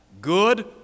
good